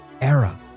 era